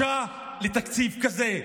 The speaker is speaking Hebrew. בושה לתקציב כזה.